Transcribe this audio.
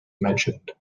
mentioned